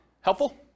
Helpful